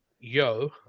yo